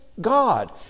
God